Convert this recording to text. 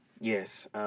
Yes